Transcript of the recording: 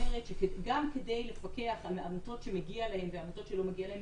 אומרת שגם כדי להתווכח על עמותות שמגיע להן ועמותות שלא מגיע להן,